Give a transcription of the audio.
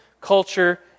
culture